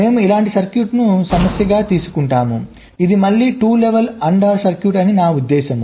మేము ఇలాంటి సర్క్యూట్ను సమస్యగా తీసుకుంటాము ఇది మళ్ళీ 2 లెవెల్ AND OR సర్క్యూట్ అని నా ఉద్దేశ్యం